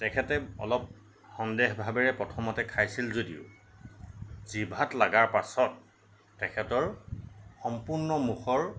তেখেতে অলপ সন্দেহ ভাবেৰে প্ৰথমতে খাইছিল যদিও জিভাত লগাৰ পাছত তেখেতৰ সম্পূৰ্ণ মুখৰ